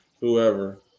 whoever